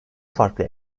farklı